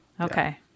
Okay